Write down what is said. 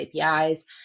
APIs